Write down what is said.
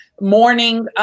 morning